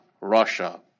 Russia